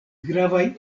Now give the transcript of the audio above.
gravaj